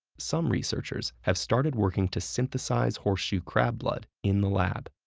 some researchers have started working to synthesize horseshoe crab blood in the lab.